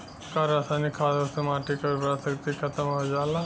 का रसायनिक खादों से माटी क उर्वरा शक्ति खतम हो जाला?